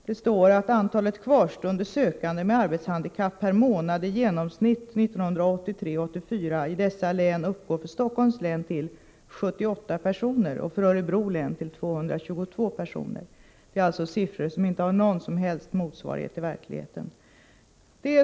Det står: ”Antalet kvarstående sökande med arbetshandikapp per månad i genomsnitt 1983/84 i dessa län uppgår för Stockholms län till 78 personer och för Örebro län till 222 personer.” Detta är siffror som inte har någon som helst motsvarighet i verkligheten.